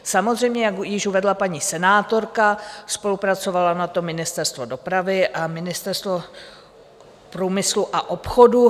Samozřejmě, jak již uvedla paní senátorka, spolupracovalo na tom Ministerstvo dopravy a Ministerstvo průmyslu a obchodu.